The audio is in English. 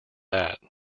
that